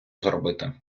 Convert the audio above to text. зробити